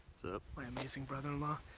my amazing brother-in-law.